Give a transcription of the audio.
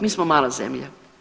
Mi smo mala zemlja.